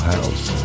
House